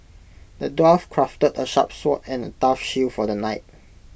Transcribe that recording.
the dwarf crafted A sharp sword and A tough shield for the knight